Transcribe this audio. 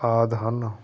ਆਦਿ ਹਨ